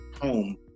home